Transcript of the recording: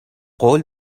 قول